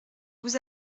vous